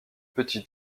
petit